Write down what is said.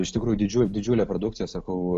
iš tikrų didžiu didžiulė produkcija sakau